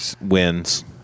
wins